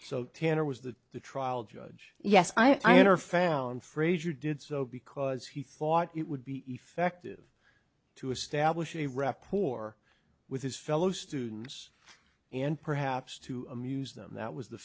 so tender was that the trial judge yes i honor found frazier did so because he thought it would be effective to establish a rapport with his fellow students and perhaps to amuse them that was the